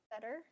better